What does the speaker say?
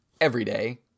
everyday